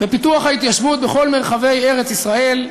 בפיתוח ההתיישבות בכל מרחבי ארץ-ישראל,